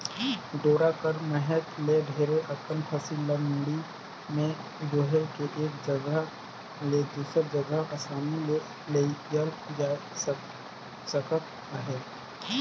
डोरा कर मदेत ले ढेरे अकन फसिल ल मुड़ी मे डोएह के एक जगहा ले दूसर जगहा असानी ले लेइजल जाए सकत अहे